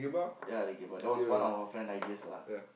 ya the game but that was one our friend ideas lah